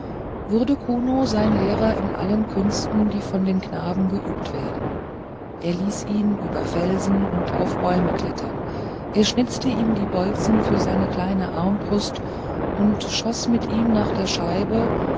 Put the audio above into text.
wurde kuno sein lehrer in allen künsten die von den knaben geübt werden er ließ ihn über felsen und auf bäume klettern er schnitzte ihm die bolzen für seine kleine armbrust und schoß mit ihm nach der scheibe